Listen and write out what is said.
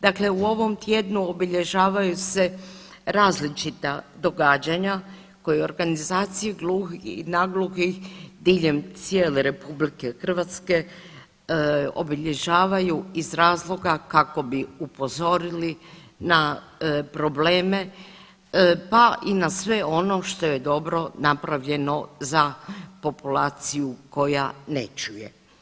Dakle, u ovom tjednu obilježavaju se različita događanja koje u organizaciji gluhih i nagluhih diljem cijele RH obilježavaju iz razloga kako bi upozorili na probleme pa i na sve ono što je dobro napravljeno za populaciju koja ne čuje.